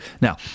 Now